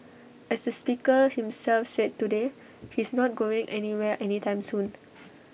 as the speaker himself said today he's not going anywhere any time soon